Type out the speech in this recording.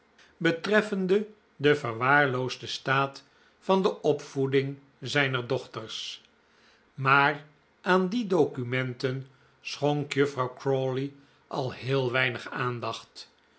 betreffende den verwaarloosden staat van de opvoeding zijner dochters maar aan die documenten schonk juffrouw crawley al heel weinig aandacht